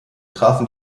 trafen